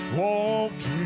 walked